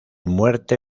muerte